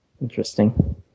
Interesting